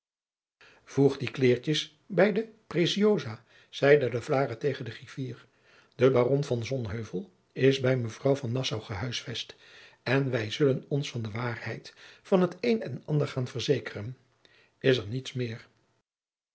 voeg die kleêrtjes bij de preciosa zeide de vlaere tegen den griffier de baron van sonheuvel is bij mevrouw van nassau gehuisvest en wij zullen ons van de waarheid van t een en t ander gaan verzekeren is er niets meer